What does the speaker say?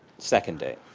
second day.